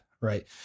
right